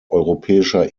europäischer